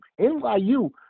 NYU